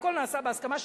והכול נעשה בהסכמה,